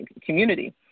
community